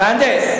מהנדס.